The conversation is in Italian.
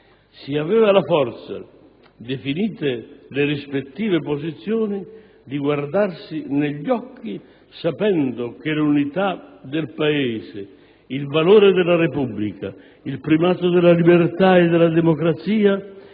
Si aveva la forza, definite le rispettive posizioni, di guardarsi negli occhi sapendo che l'unità del Paese, il valore della Repubblica, il primato della libertà e della democrazia